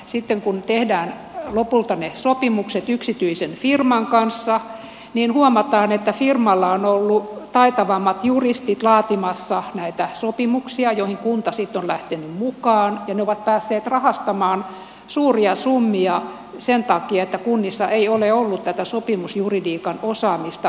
sitten kun tehdään lopulta ne sopimukset yksityisen firman kanssa niin huomataan että firmalla on ollut taitavammat juristit laatimassa näitä sopimuksia joihin kunta sitten on lähtenyt mukaan ja ne ovat päässeet rahastamaan suuria summia sen takia että kunnissa ei ole ollut tätä sopimusjuridiikan osaamista riittävästi